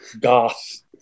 goth